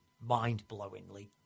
mind-blowingly